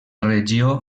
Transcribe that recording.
regió